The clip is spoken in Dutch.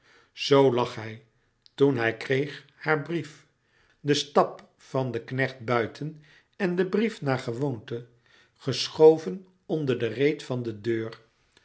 zoo lag hij toen hij kreeg haar brief de stap van den knecht buiten en de brief naar gewoonte geschoven onder de reet van de deur